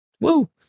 Woo